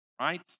right